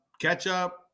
ketchup